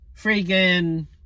freaking